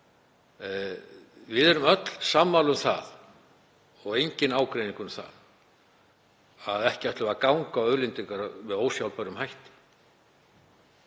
Við erum öll sammála um það, og enginn ágreiningur um það, að ekki ætlum við að ganga á auðlindir okkar með ósjálfbærum hætti.